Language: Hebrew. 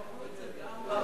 שיתקנו את זה גם בעולם.